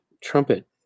trumpet